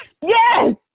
Yes